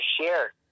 share